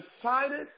decided